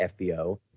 FBO